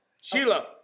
Sheila